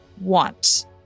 want